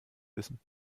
wissen